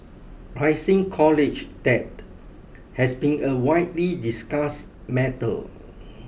rising college debt has been a widely discussed matter